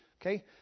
Okay